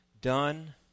done